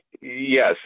Yes